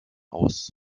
aus